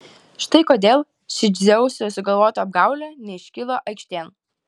štai kodėl ši dzeuso sugalvota apgaulė neiškilo aikštėn